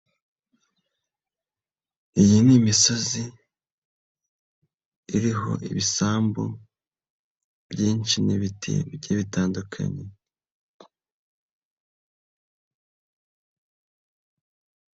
Iyi ni imisozi iriho ibisambu byinshi n'ibiti bigiye bitandukanye.